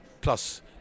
plus